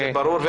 זה ברור.